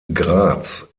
graz